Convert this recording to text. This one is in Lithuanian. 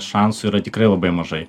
šansų yra tikrai labai mažai